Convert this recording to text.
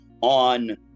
on